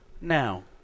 now